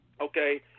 okay